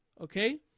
okay